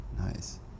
Nice